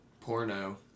Porno